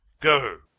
go